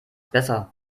besser